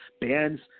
Bands